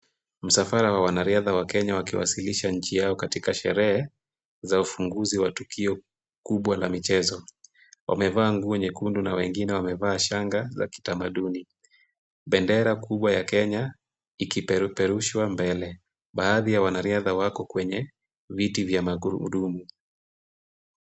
Msafara wa wanariadha wa Kenya wakiwasilisha nchi yao katika sherehe za ufunguzi wa tukio kubwa la michezo. Wamevaa nguo nyekundu na wengine wamevaa shanga za kitamaduni. Bendera kubwa ya Kenya ikipeperushwa mbele. Baadhi ya wanariadha wako kwenye viti vya magurudumu.